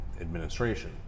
administration